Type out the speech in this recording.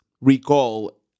recall